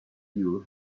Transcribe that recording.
you